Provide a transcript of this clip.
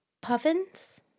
puffins